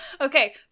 Okay